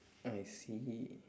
I see